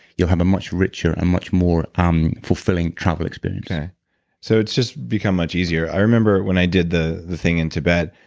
you'll have a much richer and much more um fulfilling travel experience so it's just become much easier. i remember when i did the the thing in tibet,